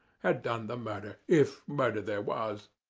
had done the murder, if murder there was.